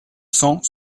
cents